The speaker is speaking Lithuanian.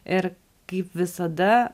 ir kaip visada